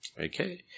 Okay